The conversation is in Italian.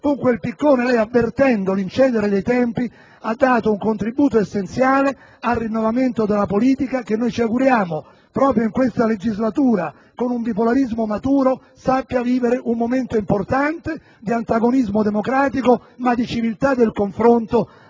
forti e vigorose, lei, avvertendo l'incedere dei tempi, ha dato un contributo essenziale al rinnovamento della politica che noi ci auguriamo, proprio in questa legislatura, con un bipolarismo maturo, sappia vivere un momento importante di antagonismo democratico, ma di civiltà del confronto